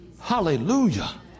hallelujah